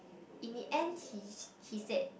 in the end he~ he said